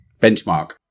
benchmark